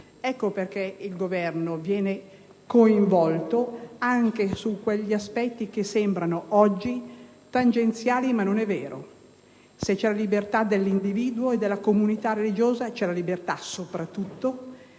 in Italia, il Governo viene coinvolto anche su quegli aspetti che sembrano oggi tangenziali ma non lo sono. Se c'è libertà dell'individuo e della comunità religiosa c'è libertà soprattutto